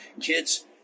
kids